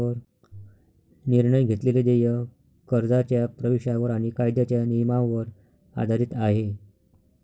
निर्णय घेतलेले देय कर्जाच्या प्रवेशावर आणि कायद्याच्या नियमांवर आधारित आहे